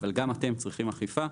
אבל גם אתם צריכים אכיפה.